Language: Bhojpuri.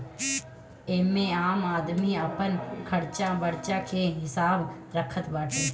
एमे आम आदमी अपन खरचा बर्चा के हिसाब रखत बाटे